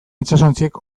itsasontziek